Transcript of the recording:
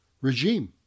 regime